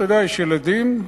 יש ילדים,